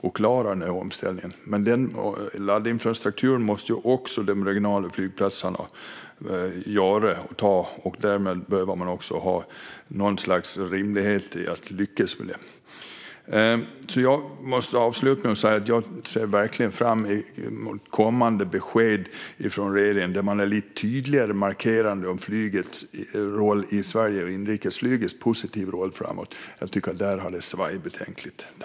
Men även de regionala flygplatserna måste ha denna laddinfrastruktur och behöver därför ges en rimlig chans att lyckas med det. Jag ser verkligen fram emot kommande besked från regeringen där man lite tydligare markerar inrikesflygets positiva roll, för här har det hittills svajat betänkligt.